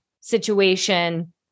situation